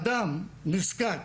אדם נזקק